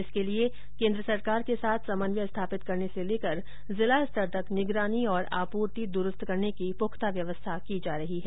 इसके लिए केन्द्र सरकार के साथ समन्वय स्थापित करने से लेकर जिला स्तर तक निगरानी और आपूर्ति द्रूस्त करने की पूख्ता व्यवस्था की जा रही है